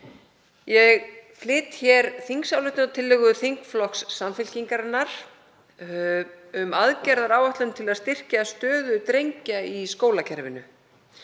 Ég flyt hér þingsályktunartillögu þingflokks Samfylkingarinnar um aðgerðaáætlun til að styrkja stöðu drengja í skólakerfinu.